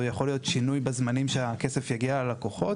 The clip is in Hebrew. יכול להיות גם שוני מבחינת הזמנים שהכסף יגיע ללקוחות.